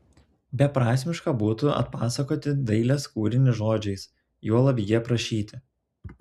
beprasmiška būtų atpasakoti dailės kūrinį žodžiais juolab jį aprašyti